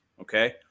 okay